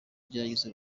ryagize